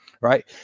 Right